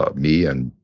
ah me and,